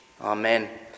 Amen